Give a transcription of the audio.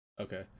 Okay